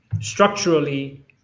structurally